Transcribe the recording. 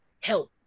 help